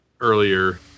earlier